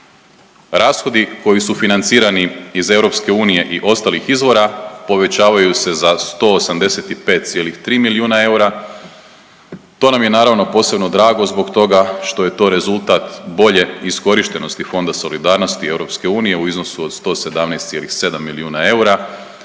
Rashodi koji su financirani iz EU i ostalih izvora povećavaju se za 185,3 milijuna eura. To nam je naravno posebno drago zbog toga što je to rezultat bolje iskorištenosti Fonda solidarnosti EU u iznosu od 117,7 milijuna eura.